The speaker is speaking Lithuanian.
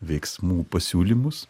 veiksmų pasiūlymus